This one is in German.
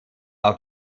auf